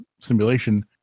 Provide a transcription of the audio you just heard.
simulation